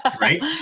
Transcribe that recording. right